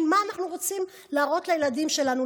מה אנחנו רוצים להראות לילדים שלנו,